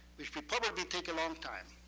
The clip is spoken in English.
which would probably take a long time.